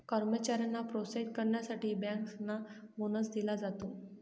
कर्मचाऱ्यांना प्रोत्साहित करण्यासाठी बँकर्सना बोनस दिला जातो